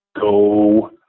Go